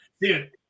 Dude